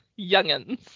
youngins